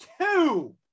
two